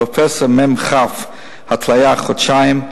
פרופסור מ"כ, התליה לחודשיים,